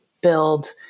build